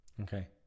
Okay